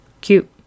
cute